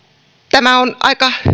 tämä on aika